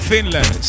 Finland